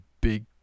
big